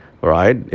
right